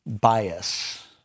bias